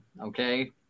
Okay